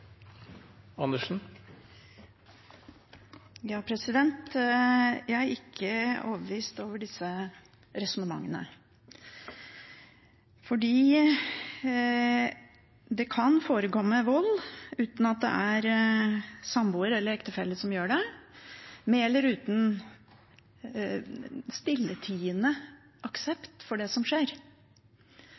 ikke overbevist av disse resonnementene, for det kan forekomme vold uten at det er samboer eller ektefelle som gjør det, med eller uten stilltiende aksept for det som skjer.